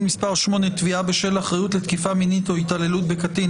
מס' 8) (תביעה בשל אחריות לתקיפה מינית או התעללות בקטין),